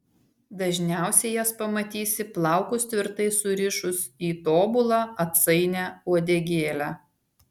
dažniausiai jas pamatysi plaukus tvirtai surišus į tobulą atsainią uodegėlę